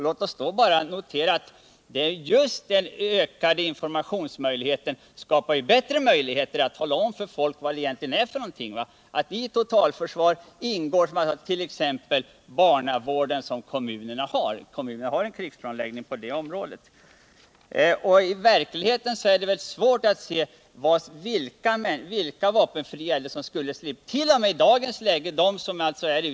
Låt oss då notera att just den ökade informationsmöjligheten gör att vi kan tala om för människorna att i totalförsvaret ingår t.ex. kommunernas barnavård. Kommunerna har en krigsplanläggning även på det området. I verkligheten är det svårt att se vilka vapenfria som skulle kunna stå utanför totalförsvaret.